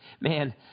man